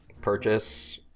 purchase